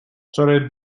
wczoraj